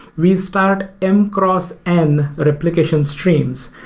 we start m-cross and replication streams.